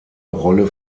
rolle